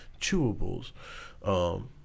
chewables